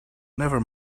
never